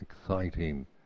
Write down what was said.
exciting